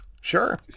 Sure